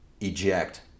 eject